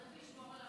צריך לשמור על הרמה.